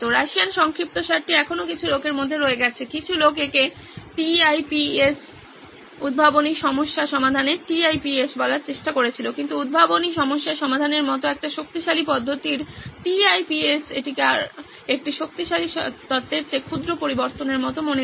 Russian সংক্ষিপ্তসারটি এখনও কিছু লোকের মধ্যে রয়ে গেছে কিছু লোক একে টি আই পি এস উদ্ভাবনী সমস্যা সমাধানের টি আই পি এস বলার চেষ্টা করেছিল কিন্তু উদ্ভাবনী সমস্যা সমাধানের মতো একটি শক্তিশালী পদ্ধতির টি আই পি এস এটিকে একটি শক্তিশালী তত্ত্বের চেয়ে ক্ষুদ্র পরিবর্তনের মতো মনে করে